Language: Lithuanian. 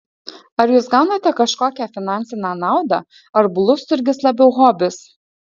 ar jūs gaunate kažkokią finansinę naudą ar blusturgis labiau hobis